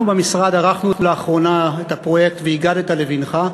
אנחנו במשרד ערכנו לאחרונה את הפרויקט "והגדת לבנך",